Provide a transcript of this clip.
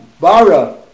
bara